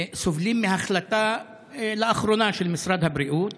סובלים לאחרונה מהחלטה של משרד הבריאות